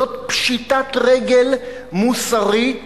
זאת פשיטת רגל מוסרית